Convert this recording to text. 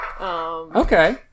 Okay